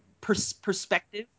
perspective